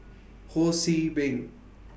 Ho See Beng